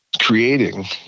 creating